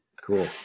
Cool